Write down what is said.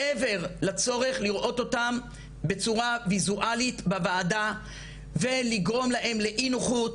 מעבר לצורך לראות אותם בצורה וויזואלית בוועדה ולגרום להם לאי נוחות